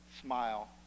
Smile